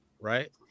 right